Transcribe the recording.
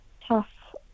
tough